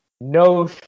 no